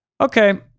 Okay